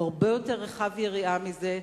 הוא הרבה יותר רחב יריעה מזה.